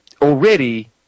already